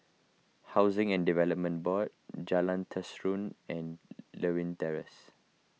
Housing and Development Board Jalan Terusan and Lewin Terrace